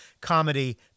comedy